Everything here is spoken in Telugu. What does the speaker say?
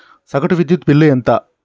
సగటు విద్యుత్ బిల్లు ఎంత?